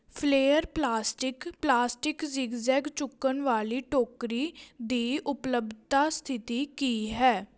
flare plastic plastic zigzag ਚੁੱਕਣ ਵਾਲੀ ਟੋਕਰੀ ਦੀ ਉਪਲੱਬਧਤਾ ਸਥਿਤੀ ਕੀ ਹੈ